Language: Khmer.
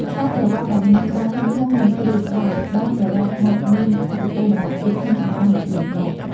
ខ្សែក្រវាត់ដែលមានក្បាលធំៗនិងគ្រឿងដែក បានត្រឡប់មកមានឥទ្ធិពលម្តងទៀតក្នុងចំណោមអ្នកលេងម៉ូដ។